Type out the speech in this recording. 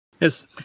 Yes